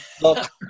look